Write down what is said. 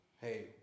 hey